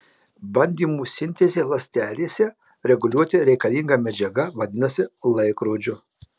baltymų sintezei ląstelėse reguliuoti reikalinga medžiaga vadinama laikrodžiu